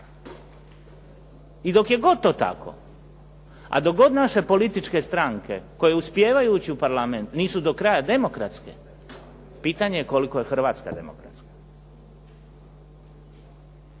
I dok je god to tako, a dok god naše političke stranke koje uspijevajući u parlamentu nisu do kraja demokratske pitanje je koliko je Hrvatska demokratska.